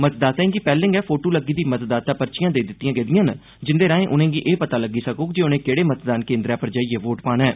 मतदाताएं गी पैहले गै फोटू लग्गी दी मतदाता पर्चियां देई दित्तिआं गेदिआं न जिंदे राएं उनें' गी एह् पता लग्गी सकोग जे उनें केहड़े मतदान केन्द्र पर जाइयै वोट पाना ऐ